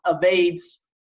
evades